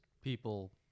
people